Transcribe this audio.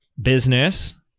business